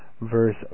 verse